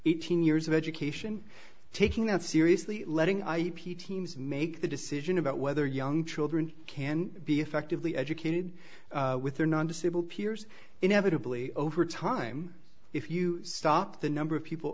eighteen years of education taking that seriously letting ip teams make the decision about whether young children can be effectively educated with their non disabled peers inevitably over time if you stop the number of people